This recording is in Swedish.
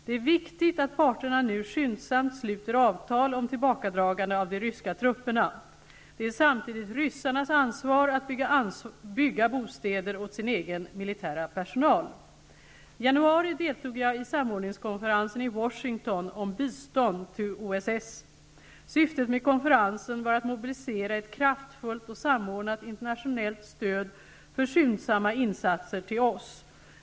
Det är viktigt att parterna nu skyndsamt sluter avtal om tillbakadragande av de ryska trupperna. Det är samtidigt ryssarnas ansvar att bygga bostäder åt sin egen militära personal. I januari deltog jag i samordningskonferensen i Washington om bistånd till OSS. Syftet med konferensen var att mobilisera ett kraftfullt och samordnat internationellt stöd för skyndsamma insatser i OSS.